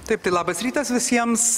taip tai labas rytas visiems